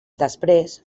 després